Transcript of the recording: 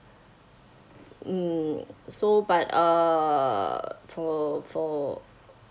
mm so but uh for for